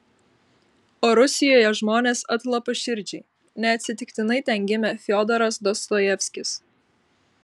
o rusijoje žmonės atlapaširdžiai neatsitiktinai ten gimė fiodoras dostojevskis